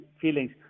feelings